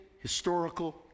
historical